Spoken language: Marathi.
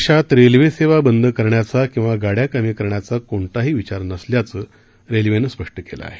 देशात रेल्वे सेवा बंद करण्याचा किंवा गाड्या कमी करण्यांचा कोणताही विचार नसल्याचं रेल्वेनं स्पष्ट केलं आहे